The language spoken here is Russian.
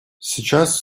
сейчас